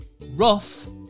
Rough